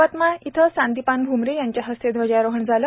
यवतमाळ संदिपान भूमरे यांच्या हस्ते ध्वजारोहण झाले